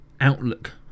outlook